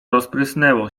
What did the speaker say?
rozprysnęło